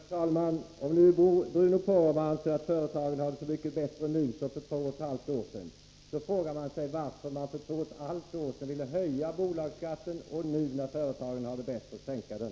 Herr talman! Om nu Bruno Poromaa anser att företagen har det så mycket bättre nu än för två och ett halvt år sedan, frågar jag mig varför man för två och ett halvt år sedan ville höja bolagsskatten men nu — när företagen har det bättre — vill sänka den.